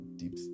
deep